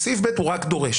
בסעיף (ב) הוא רק דורש.